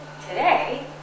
today